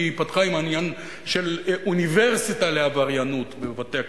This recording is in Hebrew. כי היא פתחה עם העניין של אוניברסיטה לעבריינות בבתי-הכלא.